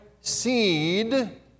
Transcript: seed